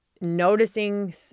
noticing